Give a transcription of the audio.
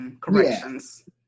corrections